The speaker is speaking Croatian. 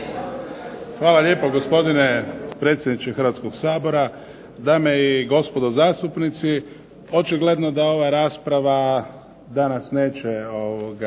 Hvala lijepo, gospodine predsjedniče Hrvatskoga sabora. Dame i gospodo zastupnici. Očigledno da ova rasprava danas neće